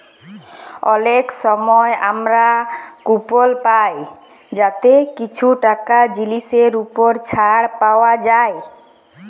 অলেক সময় আমরা কুপল পায় যাতে কিছু টাকা জিলিসের উপর ছাড় পাউয়া যায়